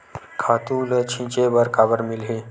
खातु ल छिंचे बर काबर मिलही?